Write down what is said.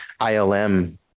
ILM